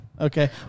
Okay